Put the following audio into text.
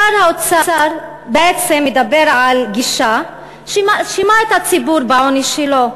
שר האוצר בעצם מדבר על גישה שמאשימה את הציבור בעוני שלו,